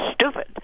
stupid